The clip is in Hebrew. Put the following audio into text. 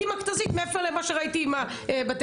מכת"זית מעבר למה שראיתי בטלוויזיה.